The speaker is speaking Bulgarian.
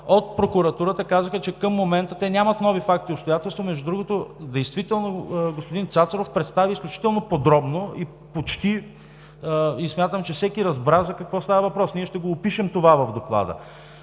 От Прокуратурата казаха, че към момента те нямат нови факти и обстоятелства. Между другото, действително господин Цацаров представи изключително подробно и смятам, че всеки разбра за какво става въпрос – ще го опишем това в Доклада.